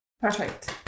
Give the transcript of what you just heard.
Perfect